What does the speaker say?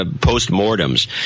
post-mortems